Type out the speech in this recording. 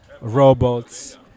robots